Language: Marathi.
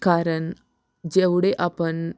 कारण जेवढे आपण